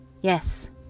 Yes